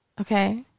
okay